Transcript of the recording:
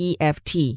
EFT